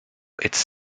its